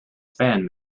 fan